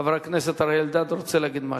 חבר הכנסת אריה אלדד רוצה להגיד משהו.